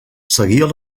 seguia